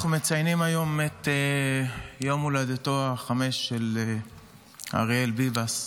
אנחנו מציינים היום את יום הולדתו החמישי של אריאל ביבס.